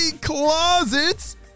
closets